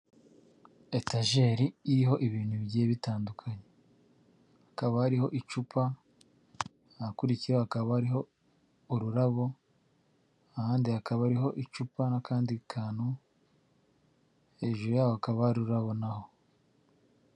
Etajeri iriho ibintu bigiye bitandukanye hakaba icupa ahakurikiye hakaba ariho ururabo, ahandi hakaba ariho icupa n'akandi kantu hejuru yaho hakaba hari ururabo naho.